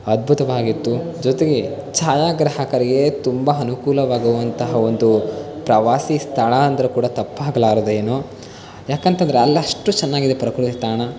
ಅದ್ಭುತವಾಗಿತ್ತು ಜೊತೆಗೆ ಛಾಯಾಗ್ರಾಹಕರಿಗೆ ತುಂಬಾ ಅನುಕೂಲವಾಗುವಂತಹ ಒಂದು ಪ್ರವಾಸಿ ಸ್ಥಳ ಅಂದರೆ ಕೂಡ ತಪ್ಪಾಗಲಾರದೇನೋ ಯಾಕಂತಂದರೆ ಅಲ್ಲಷ್ಟು ಚೆನ್ನಾಗಿದೆ ಪ್ರಕೃತಿ ತಾಣ